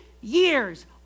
years